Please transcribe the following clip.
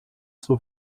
zur